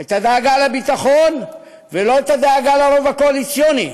את הדאגה לביטחון ולא את הדאגה לרוב הקואליציוני,